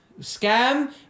scam